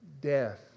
death